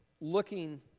looking